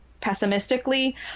pessimistically